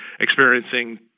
experiencing